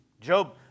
Job